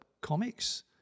comics